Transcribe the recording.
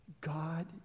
God